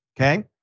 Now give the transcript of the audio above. okay